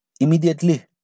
Immediately